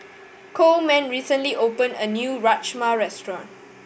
Coleman recently opened a new Rajma Restaurant